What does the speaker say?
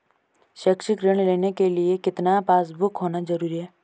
शैक्षिक ऋण लेने के लिए कितना पासबुक होना जरूरी है?